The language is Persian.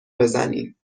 بزنیم